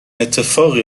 اتفاقی